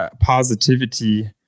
positivity